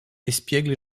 espiègle